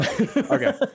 Okay